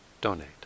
donate